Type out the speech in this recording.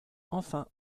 enfin